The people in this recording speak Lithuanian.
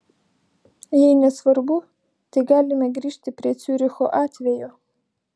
jei nesvarbu tai galime grįžti prie ciuricho atvejo